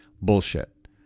bullshit